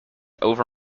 over